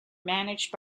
managed